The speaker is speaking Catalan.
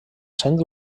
sent